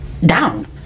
down